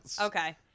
okay